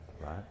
right